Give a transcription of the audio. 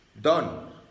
done